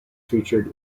featured